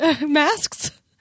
masks